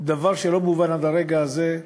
דבר שלא מובן עד הרגע הזה,